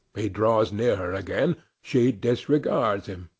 he draws near her again she disregards him.